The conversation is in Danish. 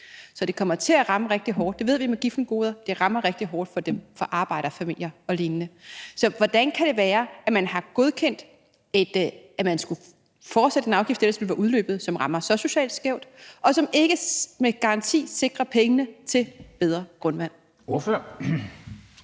Så det kommer til at ramme rigtig hårdt. Det ved vi med giffengoder – de rammer arbejderfamilier og andre rigtig hårdt. Hvordan kan det være, at man har godkendt at fortsætte en afgift, der ellers ville være udløbet, og som rammer så socialt skævt, og som ikke med garanti sikrer pengene til bedre grundvand?